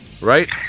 right